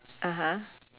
(uh huh)